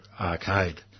arcade